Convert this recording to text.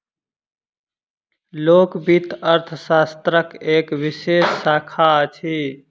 लोक वित्त अर्थशास्त्रक एक विशेष शाखा अछि